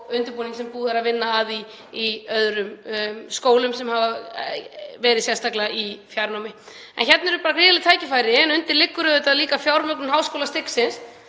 og undirbúning sem búið er að vinna í öðrum skólum sem hafa verið sérstaklega í fjarnámi. Hérna eru bara gríðarleg tækifæri en undir liggur auðvitað líka fjármögnun háskólastigsins.